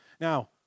Now